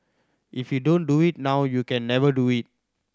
if you don't do it now you can never do it